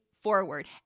forward